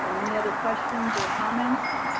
um any other questions or comments?